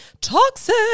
Toxic